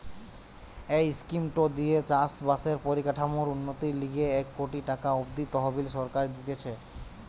এই স্কিমটো দিয়ে চাষ বাসের পরিকাঠামোর উন্নতির লিগে এক কোটি টাকা অব্দি তহবিল সরকার দিতেছে